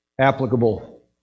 applicable